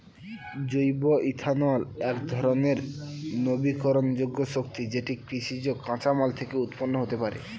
জৈব ইথানল একধরণের নবীকরণযোগ্য শক্তি যেটি কৃষিজ কাঁচামাল থেকে উৎপন্ন হতে পারে